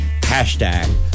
Hashtag